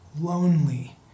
lonely